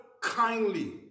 kindly